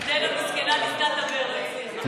קרן, מסכנה, ניסתה לדבר, לא הצליחה.